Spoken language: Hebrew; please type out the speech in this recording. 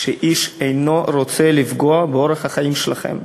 איש אינו רוצה לפגוע באורח החיים שלכם.